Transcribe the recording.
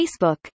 Facebook